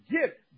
get